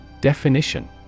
Definition